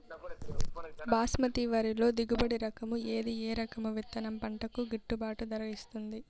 బాస్మతి వరిలో దిగుబడి రకము ఏది ఏ రకము విత్తనం పంటకు గిట్టుబాటు ధర ఇస్తుంది